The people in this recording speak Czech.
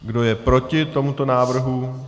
Kdo je proti tomuto návrhu?